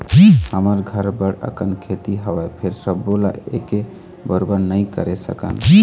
हमर घर बड़ अकन खेती हवय, फेर सबो ल एके बरोबर नइ करे सकन